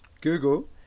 Google